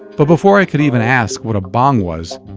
but before i could even ask what a bong was,